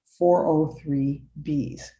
403Bs